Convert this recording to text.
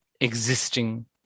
existing